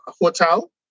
hotel